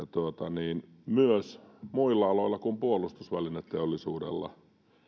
myös muilla aloilla kuin puolustusvälineteollisuudella